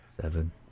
seven